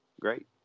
great